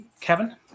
Kevin